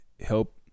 help